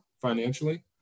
financially